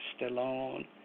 Stallone